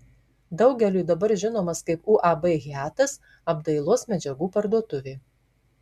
daugeliui dabar žinomas kaip uab hiatas apdailos medžiagų parduotuvė